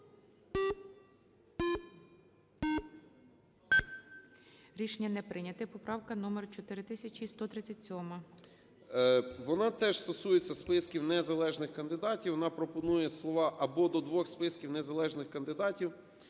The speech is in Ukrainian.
Рішення не прийнято. Поправка номер 4137. 17:47:51 СИДОРОВИЧ Р.М. Вона теж стосується списків незалежних кандидатів, вона пропонує слова "або до двох списків незалежних кандидатів